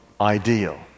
ideal